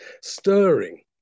stirring